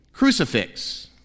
crucifix